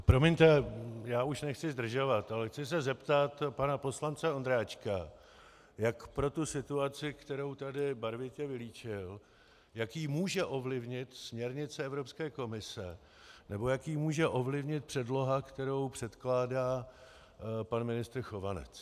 Promiňte, já už nechci zdržovat, ale chci se zeptat pana poslance Ondráčka, jak situaci, kterou tady barvitě vylíčil, může ovlivnit směrnice Evropské komise, nebo jak ji může ovlivnit předloha, kterou předkládá pan ministr Chovanec.